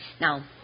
Now